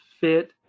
fit